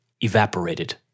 evaporated